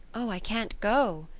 oh, i can't go,